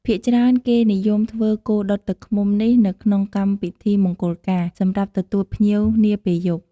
ភាគច្រើន គេនិយមធ្វើគោដុតទឹកឃ្មុំនេះនៅក្នុងកម្មពិធីមង្គលការ សម្រាប់ទទួលភ្ញៀវនាពេលយប់។